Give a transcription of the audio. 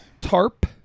tarp